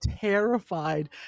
terrified